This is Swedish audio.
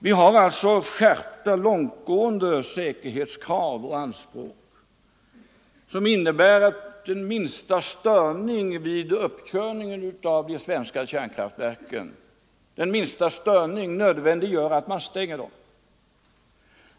Vi har alltså skärpta, långtgående säkerhetskrav och anspråk, som innebär att den minsta störning vid uppkörningen av de svenska kärnkraftverken nödvändiggör att de stängs.